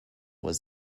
was